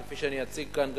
כפי שאני אציג כאן,